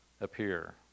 appear